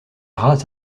rats